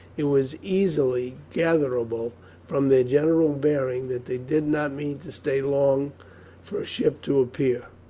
it was easily gatherable from their general bearing that they did not mean to stay long for a ship to appear.